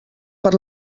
per